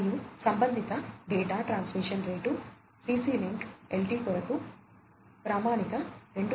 మరియు సంబంధిత data transmission రేట్లు CC లింక్ LT కొరకు ప్రామాణిక 2